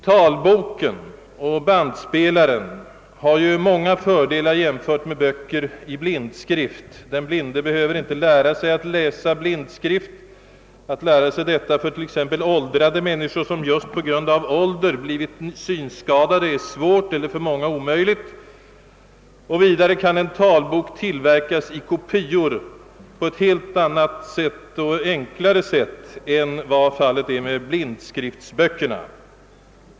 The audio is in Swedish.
Talboken och bandspelaren har många fördelar jämfört med böcker i blindskrift. Den blinde behöver inte lära sig att läsa blindskrift. Att lära sig detta är t.ex. för människor, som på grund av ålder blivit synskadade, svårt eller för vissa rent av omöjligt. Vidare kan man på enklare sätt skaffa kopior av en talbok än vad som är möjligt med blindskriftsböckerna.